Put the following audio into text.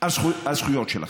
על הזכויות שלכם.